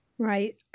Right